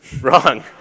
Wrong